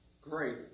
Great